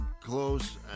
close